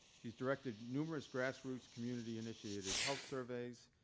she's directed numerous grassroots community initiated health surveys,